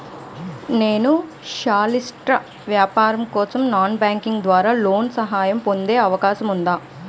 నేను పౌల్ట్రీ వ్యాపారం కోసం నాన్ బ్యాంకింగ్ ద్వారా లోన్ సహాయం పొందే అవకాశం ఉందా?